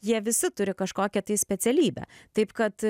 jie visi turi kažkokią tai specialybę taip kad